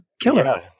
killer